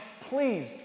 please